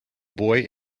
boy